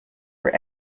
were